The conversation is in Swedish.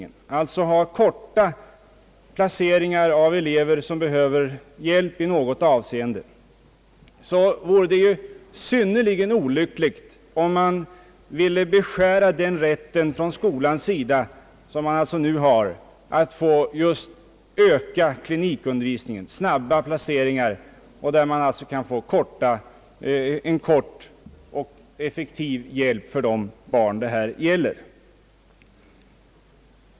Denna innebär kortare placeringar i för eleverna särskilt avpassade undervisningssituationer. Det vore synnerligen olyckligt om man skulle försvåra för skolan att göra dylika snabba placeringar, där man alltså kan få en kort och effektiv hjälp för de barn som behöver det.